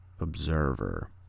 observer